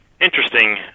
interesting